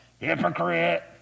hypocrite